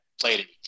played